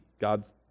God's